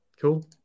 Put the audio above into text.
Cool